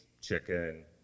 chicken